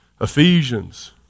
Ephesians